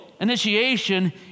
initiation